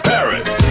Paris